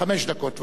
חמש דקות.